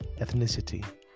ethnicity